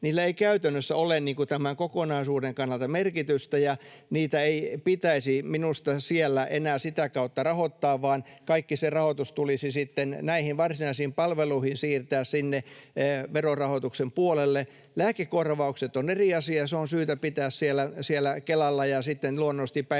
— ei käytännössä ole tämän kokonaisuuden kannalta merkitystä. Niitä ei pitäisi minusta enää sitä kautta rahoittaa, vaan kaikki se rahoitus tulisi siirtää näihin varsinaisiin palveluihin sinne verorahoituksen puolelle. Lääkekorvaukset ovat eri asia, se on syytä pitää siellä Kelalla ja luonnollisesti